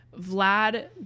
vlad